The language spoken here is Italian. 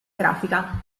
grafica